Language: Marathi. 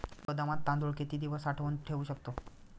गोदामात तांदूळ किती दिवस साठवून ठेवू शकतो?